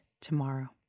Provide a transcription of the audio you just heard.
tomorrow